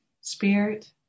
spirit